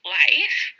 life